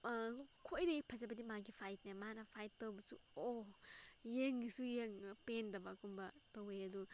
ꯈ꯭ꯋꯥꯏꯗꯒꯤ ꯐꯖꯕꯗꯤ ꯃꯥꯒꯤ ꯐꯥꯏꯠꯅꯦ ꯃꯥꯅ ꯐꯥꯏꯠ ꯇꯧꯕꯁꯨ ꯑꯣ ꯌꯦꯡꯉꯁꯨ ꯌꯦꯡꯉꯒ ꯄꯦꯟꯗꯕꯒꯨꯝꯕ ꯇꯧꯋꯦ ꯑꯗꯨ